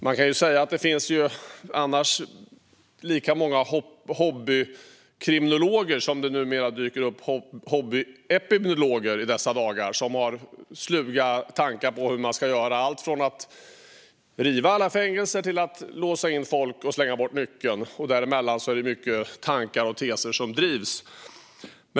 Man kan säga att det finns lika många hobbykriminologer som det numera finns hobbyepidemiologer i dessa dagar som har sluga tankar om hur man ska göra, allt från att riva alla fängelser till att låsa in folk och slänga bort nyckeln. Däremellan är det många tankar och teser som drivs.